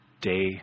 day